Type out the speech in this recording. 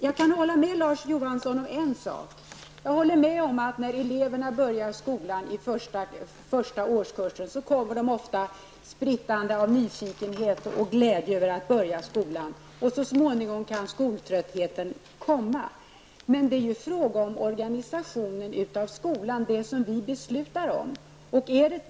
Jag kan hålla med Larz Johansson om en sak. När eleverna börjar i första årskursen kommer de ofta sprittande av nyfikenhet och glädje inför att börja skolan. Så småningom kan skoltröttheten sätta in. Det är ju fråga om organisationen av skolan -- den som vi beslutar om.